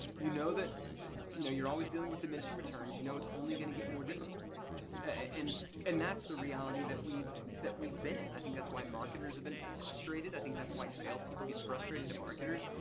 you know that you know you're always dealing with diminishing returns. you know it's only gonna get more difficult and and that's the reality that we've that we've been in. and i think that's why marketers have been frustrated. i think that's why salespeople get frustrated at marketers.